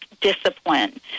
discipline